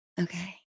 Okay